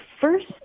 first